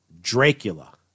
dracula